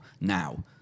now